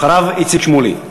אחריו, איציק שמולי.